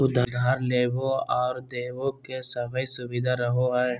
उधार लेबे आर देबे के सभै सुबिधा रहो हइ